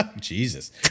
Jesus